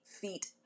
feet